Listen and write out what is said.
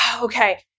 Okay